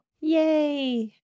Yay